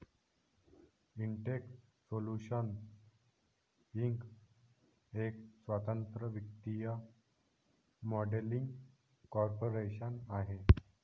Intex Solutions Inc एक स्वतंत्र वित्तीय मॉडेलिंग कॉर्पोरेशन आहे